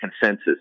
consensus